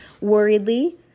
Worriedly